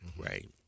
Right